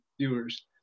viewers